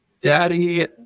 daddy